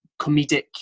comedic